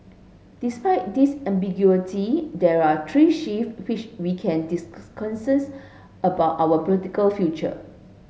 despite this ambiguity there are three shift which we can about our political future